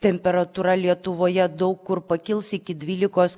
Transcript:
temperatūra lietuvoje daug kur pakils iki dvylikos